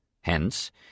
Hence